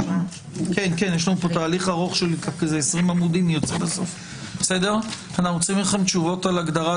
אנחנו צריכים לקבל מכם תשובות על הגדרת